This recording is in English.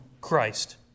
Christ